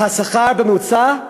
והשכר הממוצע,